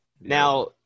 Now